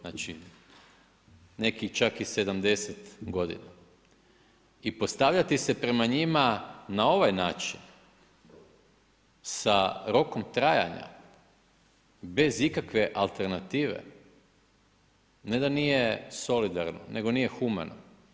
Znači neki čak i 70 g. I postavljati se prema njima na ovaj način, sa rokom trajanja, bez ikakve alternative, ne da nije solidarno, nego nije humano.